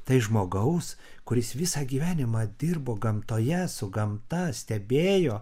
tai žmogaus kuris visą gyvenimą dirbo gamtoje su gamta stebėjo